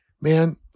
man